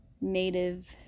native